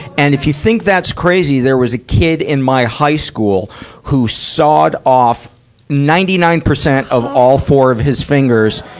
and if you think that's crazy, there was a kid in my high school who sawed off ninety nine percent of all four of his fingers,